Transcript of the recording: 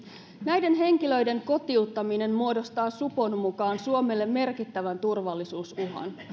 näiden henkilöiden kotiuttaminen muodostaa supon mukaan suomelle merkittävän turvallisuusuhan